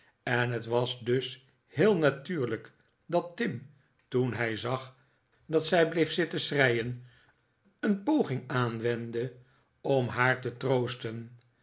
en het was dus heel natuurlijk dat tim toen hij zag dat zij bleef zitten schreien een poging aanwendde om haar te troosten